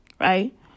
right